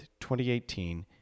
2018